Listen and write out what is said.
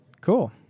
Cool